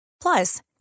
Plus